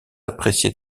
apprécié